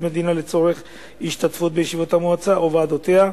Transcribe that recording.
המדינה לצורך השתתפות בישיבות המועצה או ועדותיה,